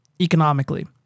economically